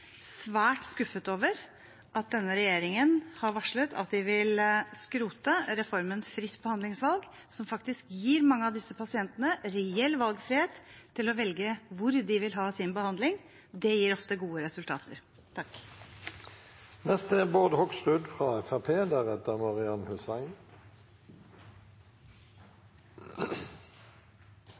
svært skuffet over at denne regjeringen har varslet at de vil skrote reformen fritt behandlingsvalg, som faktisk gir mange av disse pasientene reell valgfrihet til å velge hvor de vil ha sin behandling. Det gir ofte gode resultater.